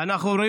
אנחנו עוברים